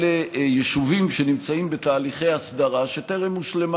ההתיישבות הצעירה אלה יישובים שנמצאים בתהליכי הסדרה שטרם הושלמה.